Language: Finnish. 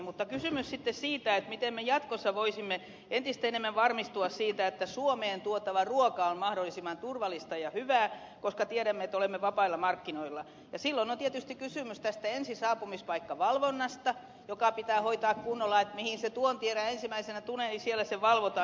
mutta kysymys on sitten siitä miten me jatkossa voisimme entistä enemmän varmistua siitä että suomeen tuotava ruoka on mahdollisimman turvallista ja hyvää koska tiedämme että olemme vapailla markkinoilla ja silloin on tietysti kysymys tästä ensisaapumispaikkavalvonnasta joka pitää hoitaa kunnolla niin että mihin se tuontierä ensimmäisenä tulee siellä se valvotaan